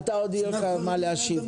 עוד יהיה לך מה להשיב.